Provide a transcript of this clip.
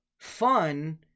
fun